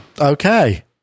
Okay